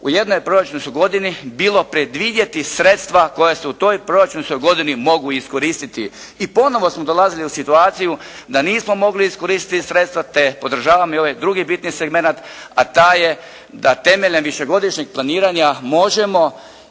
u jednoj proračunskoj godini bilo predvidjeti sredstva koja se u toj proračunskoj godini mogu iskoristiti. I ponovo smo dolazili u situaciju da nismo mogli iskoristiti sredstva te podržavam i ovaj drugi bitni segmenat, a taj je da temeljem višegodišnjeg planiranja možemo